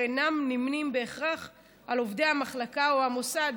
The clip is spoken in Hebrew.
אינם נמנים בהכרח על עובדי המחלקה או המוסד,